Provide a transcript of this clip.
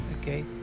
okay